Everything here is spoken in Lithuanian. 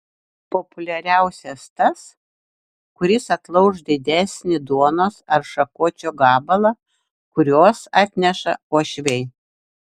populiariausias tas kuris atlauš didesnį duonos ar šakočio gabalą kuriuos atneša uošviai